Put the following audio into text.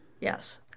Yes